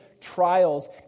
trials